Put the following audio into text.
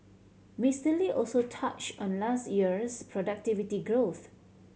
Mister Lee also touched on last year's productivity growth